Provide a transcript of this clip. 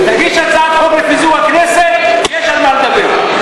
תגיש הצעת חוק לפיזור הכנסת, יש על מה לדבר.